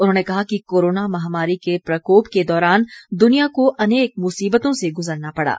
उन्होंने कहा कि कोरोना महामारी के प्रकोप के दौरान दुनिया को अनेक मुसीबतों से गुजरना पड़ा